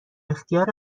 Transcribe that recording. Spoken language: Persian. اختیار